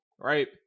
right